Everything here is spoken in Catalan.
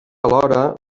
alhora